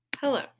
Hello